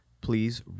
Please